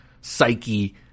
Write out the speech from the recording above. psyche